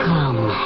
Come